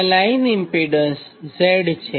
આ line impedance Z છે